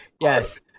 yes